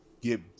get